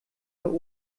der